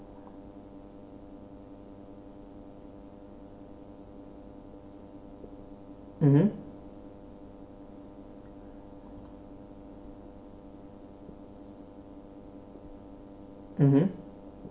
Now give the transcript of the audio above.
mmhmm